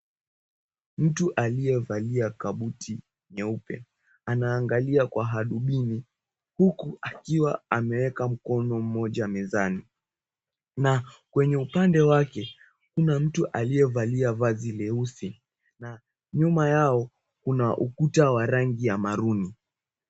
Mtu aliyevalia kabuti nyeupe, anaangalia kwa hadubini, huku akiwa ameweka mkono mmoja mezani na kwenye upande wake kuna mtu aliyevalia vazi leusi na nyuma yao kuna ukuta wa rangi ya maruni.